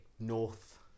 North